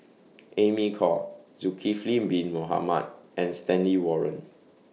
Amy Khor Zulkifli Bin Mohamed and Stanley Warren